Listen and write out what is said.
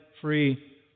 free